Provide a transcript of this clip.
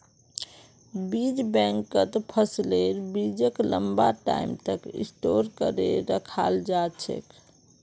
बीज बैंकत फसलेर बीजक लंबा टाइम तक स्टोर करे रखाल जा छेक